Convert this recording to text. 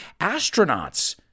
astronauts